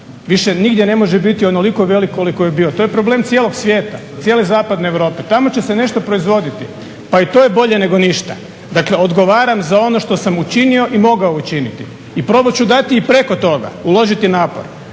više nigdje ne može biti onoliko velik koliko je bio. To je problem cijelog svijeta, cijele zapadne Europe. Tamo će se nešto proizvoditi, pa i to je bolje nego ništa. Dakle odgovaram za ono što sam učinio i mogao učiniti i probat ću dati i preko toga, uložiti napor,